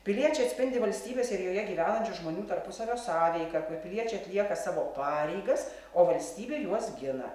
piliečiai atspindi valstybės ir joje gyvenančių žmonių tarpusavio sąveiką kur piliečiai atlieka savo pareigas o valstybė juos gina